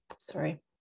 sorry